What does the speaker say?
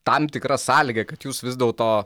tam tikra sąlyga kad jūs vis dėlto